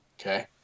Okay